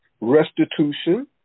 restitution